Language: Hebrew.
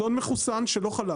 צאן מחוסן שלא חלה,